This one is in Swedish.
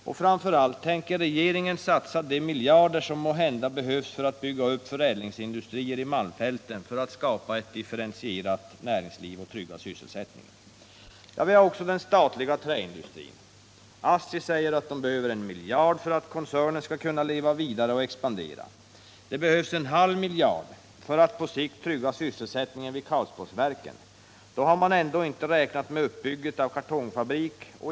Och framför allt: Tänker regeringen satsa de miljarder som måhända behövs för att bygga upp förädlingsindustrier i malmfälten för att därigenom skapa ett differentierat näringsliv och trygga sysselsättningen? Vi har också den statliga träindustrin. ASSI säger att det behövs en miljard för att koncernen skall kunna leva vidare och expandera. Det behövs en halv miljard för att på sikt trygga sysselsättningen vid Karlsborgsverken. Då har man ändock inte räknat med uppbyggandet av en kartongfabrik.